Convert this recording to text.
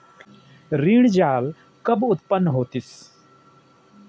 ऋण जाल कब उत्पन्न होतिस?